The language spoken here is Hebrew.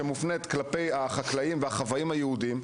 שמופנית לחקלאים ולחוואים היהודיים,